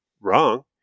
wrong